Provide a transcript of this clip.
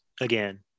again